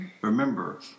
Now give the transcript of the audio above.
remember